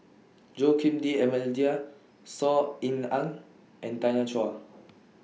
Joaquim D'almeida Saw Ean Ang and Tanya Chua